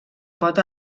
pot